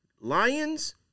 Lions